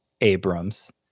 Abrams